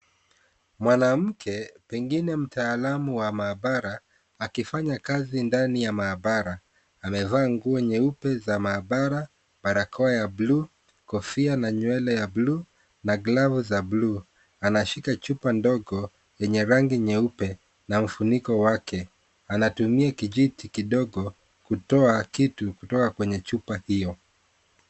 Mwanamke pengine mtaalamu wa mahabara akifanya kazi ndani ya mahabara, amevaa nguo nyeupe za mahabara, barakoa ya blue , kofia na nywele ya blue na glavu za blue anashika chupa ndogo yenye rangi nyeupe na mfuniko, wake anatumia kijiti kidogo kutoa kitu kutoka kwenye chupa hiyo.